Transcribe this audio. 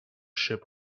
ship